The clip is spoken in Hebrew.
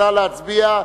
נא להצביע.